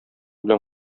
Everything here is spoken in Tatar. белән